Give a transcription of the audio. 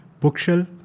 bookshelf